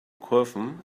kurven